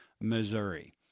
Missouri